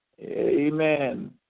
Amen